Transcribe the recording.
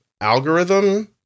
algorithm